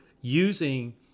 using